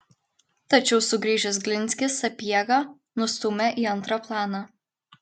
tačiau sugrįžęs glinskis sapiegą nustūmė į antrą planą